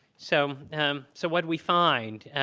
so um so what we find,